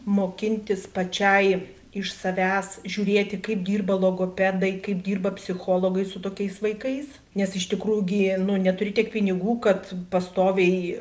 mokintis pačiai iš savęs žiūrėti kaip dirba logopedai kaip dirba psichologai su tokiais vaikais nes iš tikrųjų gi neturi tiek pinigų kad pastoviai